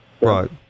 Right